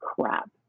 crap